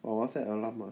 !wah! 我要 set alarm 了